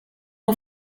heu